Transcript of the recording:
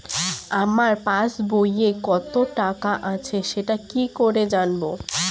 আমার পাসবইয়ে কত টাকা আছে সেটা কি করে জানবো?